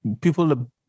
people